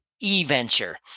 e-venture